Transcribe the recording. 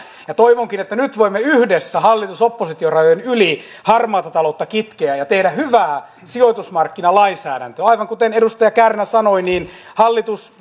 toivonkin että nyt voimme yhdessä hallitus oppositiorajojen yli kitkeä harmaata taloutta ja tehdä hyvää sijoitusmarkkinalainsäädäntöä aivan kuten edustaja kärnä sanoi hallitus